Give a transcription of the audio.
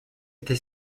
était